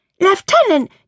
Lieutenant